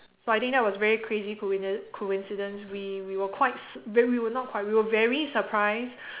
so I think that was very crazy coinci~ coincidence we we were quite sur~ wait we were not quite we were very surprise